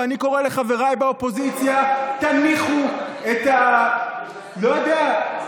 ואני קורא לחבריי באופוזיציה: תניחו את לא יודע,